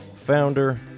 founder